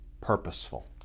purposeful